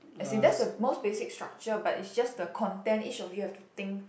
as in that's the most basic structure but is just the content each of you have to think